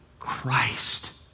Christ